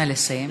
נא לסיים.